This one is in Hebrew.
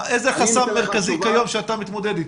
איזה חסם עיקרי כיום שאתה מתמודד איתו?